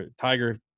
Tiger